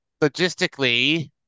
logistically